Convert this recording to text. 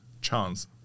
chance